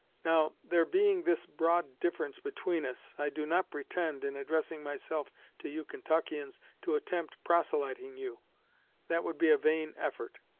now, there being this broad difference between us, i do not pretend, in addressing myself to you kentuckians, to attempt proselyting you that would be a vain effort.